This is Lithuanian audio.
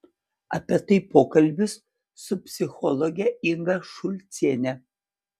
apie tai pokalbis su psichologe inga šulciene